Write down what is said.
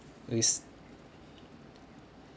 uh yes